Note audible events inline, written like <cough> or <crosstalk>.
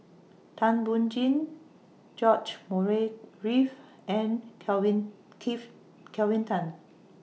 Thum Ping Tjin George Murray Reith and Kelvin <unintelligible> Kelvin Tan